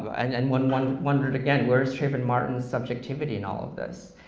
and and one one wondered again where's trayvon martin's subjectivity in all of this,